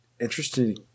interesting